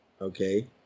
Okay